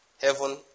heaven